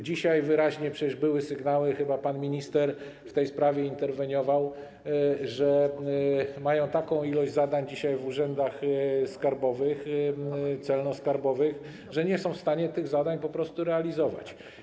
Dzisiaj wyraźnie widać, przecież były sygnały, chyba pan minister w tej sprawie interweniował, że mają taką ilość zadań w urzędach skarbowych, celno-skarbowych, że nie są w stanie tych zadań po prostu realizować.